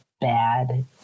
bad